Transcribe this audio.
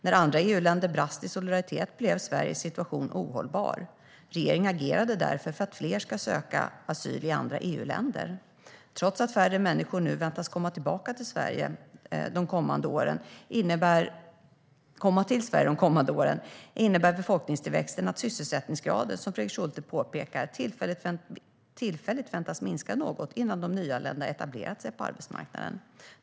När andra EU-länder brast i solidaritet blev Sveriges situation ohållbar. Regeringen agerade därför för att fler ska söka asyl i andra EU-länder. Trots att färre människor nu väntas komma till Sverige de kommande åren innebär befolkningstillväxten att sysselsättningsgraden, som Fredrik Schulte påpekar, tillfälligt väntas minska något innan de nyanlända etablerat sig på arbetsmarknaden.